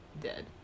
dead